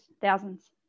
thousands